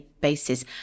basis